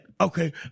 okay